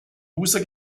user